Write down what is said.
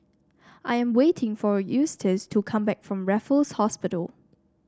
I am waiting for Eustace to come back from Raffles Hospital